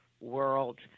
world